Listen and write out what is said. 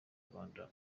rwanda